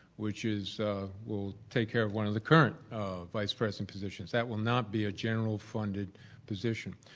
which is we'll take care of one of the current vice president positions. that will not be a general funded position.